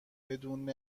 بدون